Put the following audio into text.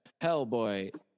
Hellboy